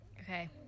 Okay